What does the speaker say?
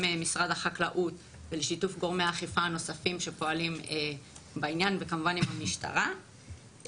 משרד החקלאות וגורמי האכיפה הנוספים שפועלים בעניין וכמובן עם המשטרה.